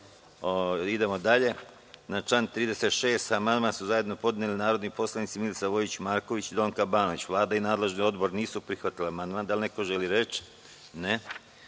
reč? (Ne)Na član 41. amandman su zajedno podneli narodni poslanici Milica Vojić Marković i Donka Banović. Vlada i nadležni odbor nisu prihvatili ovaj amandman. Da li neko želi reč?